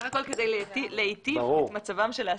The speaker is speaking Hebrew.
זה בסך הכול כדי להיטיב את מצבם של העסקים,